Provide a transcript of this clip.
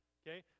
okay